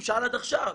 הוא שאל עד עכשיו.